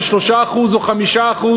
של 3% או 5%,